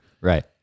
right